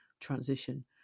transition